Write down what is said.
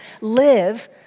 live